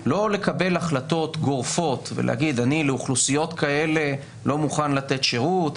לא לקבל החלטות גורפות ולהגיד: אני לאוכלוסיות כאלה לא מוכן לתת שירות,